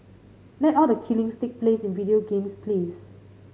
let all the killings take place in video games please